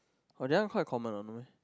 oh that one quite common oh no meh